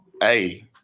hey